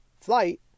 flight